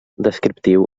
descriptiu